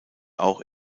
auch